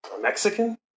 Mexican